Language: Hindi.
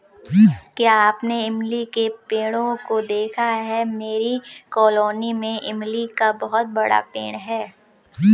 क्या आपने इमली के पेड़ों को देखा है मेरी कॉलोनी में इमली का बहुत बड़ा पेड़ है